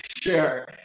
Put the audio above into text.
sure